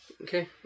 Okay